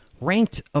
ranked